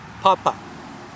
Papa